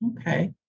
Okay